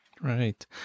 Right